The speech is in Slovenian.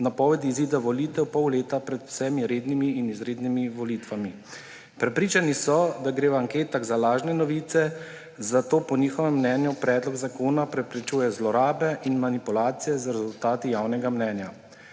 napovedi izida volitev pol leta pred vsemi rednimi in izrednimi volitvami. Prepričani so, da gre v anketah za lažne novice, zato po njihovem mnenju predlog zakona preprečuje zlorabe in manipulacije z rezultati javnega mnenja.